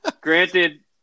granted